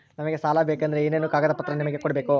ನಮಗೆ ಸಾಲ ಬೇಕಂದ್ರೆ ಏನೇನು ಕಾಗದ ಪತ್ರ ನಿಮಗೆ ಕೊಡ್ಬೇಕು?